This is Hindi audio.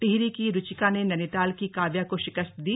टिहरी की रुचिका ने नैनीताल की काव्या को शिकस्त दी